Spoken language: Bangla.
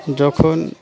যখন